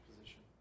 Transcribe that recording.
position